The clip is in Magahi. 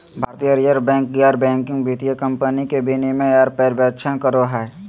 भारतीय रिजर्व बैंक गैर बैंकिंग वित्तीय कम्पनी के विनियमन आर पर्यवेक्षण करो हय